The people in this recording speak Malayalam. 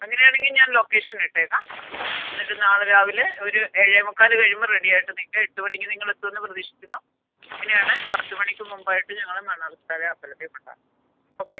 അങ്ങനെയാണെങ്കിൽ ഞാൻ ലൊക്കേഷൻ ഇട്ടേക്കാം ഹ് എന്നിട്ട് നാളെ രാവിലെ ഒരു ഏഴേ മുക്കാല് കഴിയുമ്പം റെഡിയായിട്ട് നിൽക്കാം എട്ട് മണിക്ക് നിങ്ങൾ എത്തുമെന്ന് പ്രതീഷിക്കുന്നു ഇങ്ങനെയാണ് പത്ത് മണിക്ക് മുമ്പായിട്ട് ഞങ്ങളെ മണ്ണാറശാല അമ്പലത്തിൽ കൊണ്ടാക്കാം ഓക്കെ താങ്ക് യു